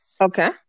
okay